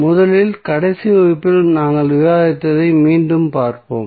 முதலில் கடைசி வகுப்பில் நாங்கள் விவாதித்ததை மீண்டும் பார்ப்போம்